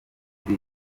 kuri